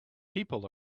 people